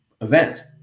event